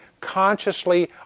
consciously